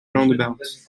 roundabout